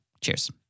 Cheers